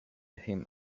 him